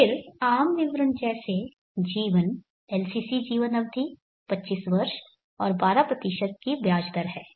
फिर आम विवरण जैसे जीवन LCC जीवन अवधि 25 वर्ष और 12 की ब्याज दर है